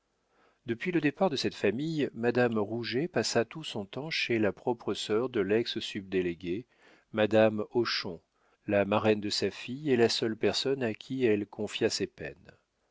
depuis le départ de cette famille madame rouget passa tout son temps chez la propre sœur de lex subdélégué madame hochon la marraine de sa fille et la seule personne à qui elle confiât ses peines